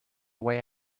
way